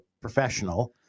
professional